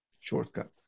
shortcut